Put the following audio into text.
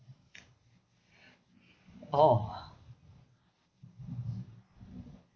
oh